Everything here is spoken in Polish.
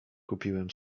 kupiłem